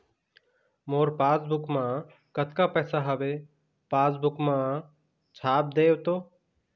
मोर passbook मा कतका पैसा हवे पासबुक मा छाप देव तो?